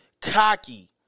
cocky